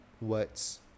words